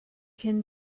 can